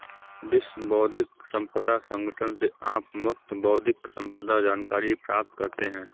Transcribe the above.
विश्व बौद्धिक संपदा संगठन से आप मुफ्त बौद्धिक संपदा जानकारी प्राप्त करते हैं